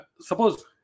suppose